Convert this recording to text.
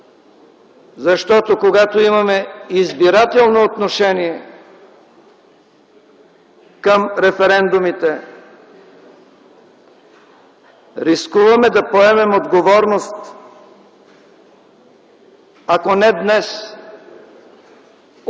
Защото, когато имаме избирателно отношение към референдумите, рискуваме да поемем отговорност, ако не днес – утре, от